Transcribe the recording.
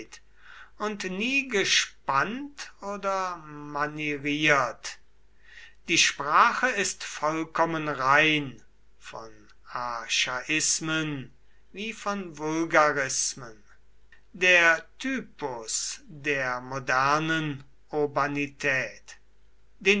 und nie gespannt oder manieriert die sprache ist vollkommen rein von archaismen wie von vulgarismen der typus der modernen